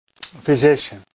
physician